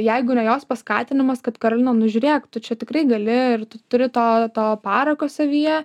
jeigu ne jos paskatinimas kad karoliną nu žiūrėk tu čia tikrai gali ir tu turi to to parako savyje